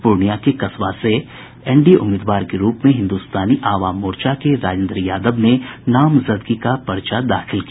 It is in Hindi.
पूर्णिया के कसबा विधानसभा क्षेत्र से एनडीए उम्मीदवार के रूप में हिन्दुस्तानी आवाम मोर्चा के राजेन्द्र यादव ने नामजदगी का पर्चा दाखिल किया